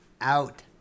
out